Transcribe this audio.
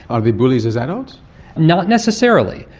are they bullies as adults? not necessarily.